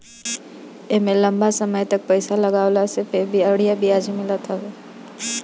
एमे लंबा समय तक पईसा लगवले पे बढ़िया ब्याज मिलत हवे